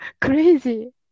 crazy